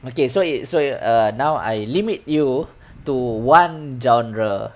okay so you so you err now I limit you to one genre